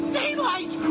daylight